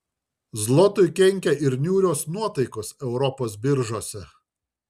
zlotui kenkia ir niūrios nuotaikos europos biržose